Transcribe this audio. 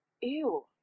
Ew